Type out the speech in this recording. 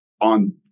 on